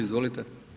Izvolite.